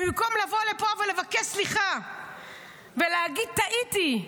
במקום לבוא לפה ולבקש סליחה ולהגיד: טעיתי,